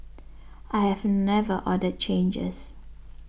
I have never ordered changes